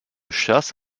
chasse